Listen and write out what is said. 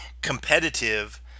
competitive